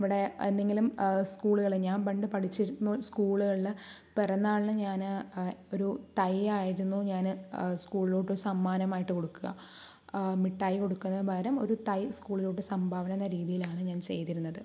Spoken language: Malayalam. ഇവിടെ എന്തെങ്കിലും സ്കൂളുകളിൽ ഞാൻ പണ്ട് പഠിച്ചിരുന്നു സ്കൂളുകളിൽ പിറന്നാളിന് ഞാൻ ഒരു തൈ ആയിരുന്നു ഞാൻ സ്കൂളിലോട്ട് സമ്മാനമായിട്ട് കൊടുക്കുക മിട്ടായി കൊടുക്കുന്നതിന് പകരം ഒരു തൈ സ്കൂളിലോട്ട് സംഭാവന എന്ന രീതിയിലാണ് ഞാൻ ചെയ്തിരുന്നത്